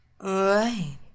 right